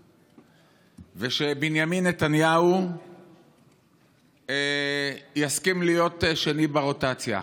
ושבנימין נתניהו יסכים להיות שני ברוטציה,